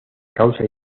causa